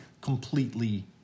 completely